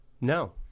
No